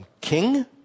king